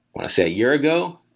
want to say, a year ago,